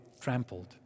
trampled